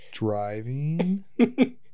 Driving